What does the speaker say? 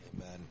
Amen